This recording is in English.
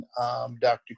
Dr